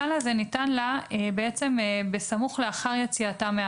הסל הזה ניתן לה בסמוך לאחר יציאתה מן